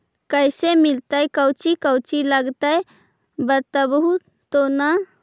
कैसे मिलतय कौची कौची लगतय बतैबहू तो न?